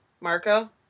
Marco